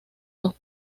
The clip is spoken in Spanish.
dos